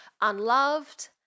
unloved